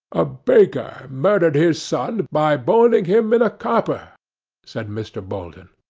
a baker murdered his son by boiling him in a copper said mr. bolton.